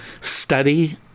study